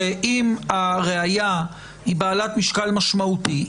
שאם הראיה היא בעלת משקל משמעותי,